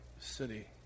City